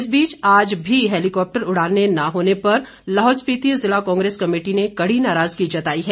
इस बीच आज भी हैलीकॉप्टर उड़ानें न होने पर लाहौल स्पिति ज़िला कांग्रेस कमेटी ने कड़ी नाराज़गी जताई है